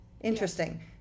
Interesting